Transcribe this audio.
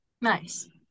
nice